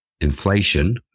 inflation